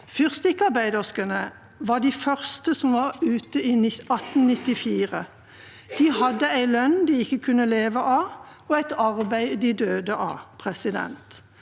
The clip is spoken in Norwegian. Fyrstikkarbeiderskene var de første ut, i 1894. De hadde en lønn de ikke kunne leve av, og et arbeid de døde av. Det